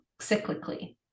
cyclically